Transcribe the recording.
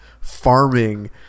farming